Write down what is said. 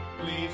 please